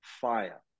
fire